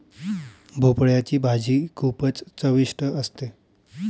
भोपळयाची भाजी खूपच चविष्ट असते